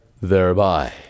thereby